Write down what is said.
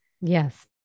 yes